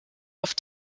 auf